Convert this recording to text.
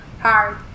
hard